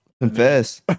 Confess